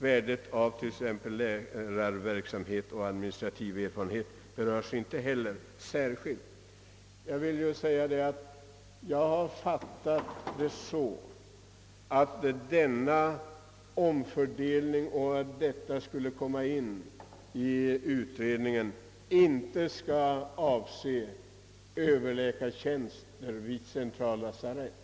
Värdet av t.ex. lärarverksamhet och administrativ verksamhet berörs inte heller särskilt.» Jag har fattat detta uttalande så att frågan om en ändrad tillämpning av begreppet skicklighet inte skall tas upp inom utredningen i samband med bedömningen av tillsättande av överläkartjänster vid centrallasarett.